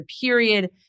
period